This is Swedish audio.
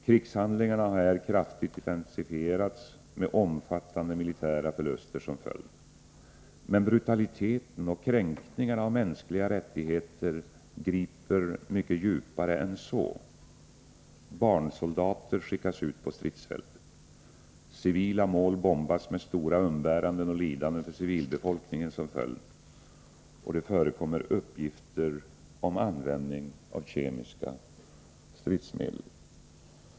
Krigshandlingarna har här kraftigt intensifierats med omfattande militära förluster som följd. Men brutaliteten och kränkningarna av mänskliga rättigheter griper mycket djupare än så. Barnsoldater skickas ut på stridsfältet. Civila mål bombas med stora umbäranden och lidanden för civilbefolkningen som följd. Det förekommer uppgifter om användning av kemiska stridsmedel.